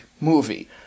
movie